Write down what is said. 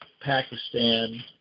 Pakistan